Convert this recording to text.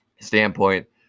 standpoint